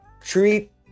Treat